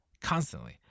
constantly